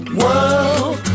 world